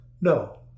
no